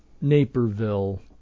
Naperville